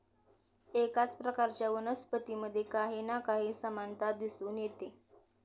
एकाच प्रकारच्या वनस्पतींमध्ये काही ना काही समानता दिसून येते